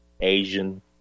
Asian